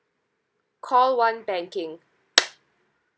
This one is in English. call one banking